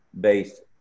based